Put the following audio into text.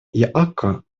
яакко